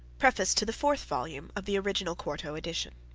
preface to the fourth volume of the original quarto edition.